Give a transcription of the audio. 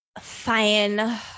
Fine